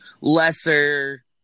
lesser